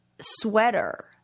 sweater